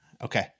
Okay